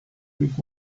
week